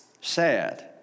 Sad